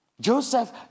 Joseph